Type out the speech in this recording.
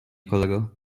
kolego